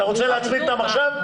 אתה רוצה להצמיד אותן עכשיו?